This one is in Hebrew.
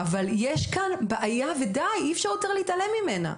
אבל יש כאן בעיה ולפעמים אי אפשר להתעלם ממנה,